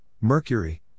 Mercury